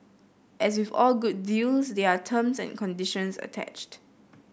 as with all good deals there are terms and conditions attached